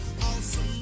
awesome